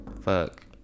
fuck